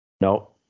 No